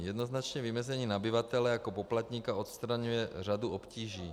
Jednoznačné vymezení nabyvatele jako poplatníka odstraňuje řadu obtíží.